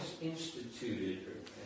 instituted